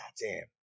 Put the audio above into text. Goddamn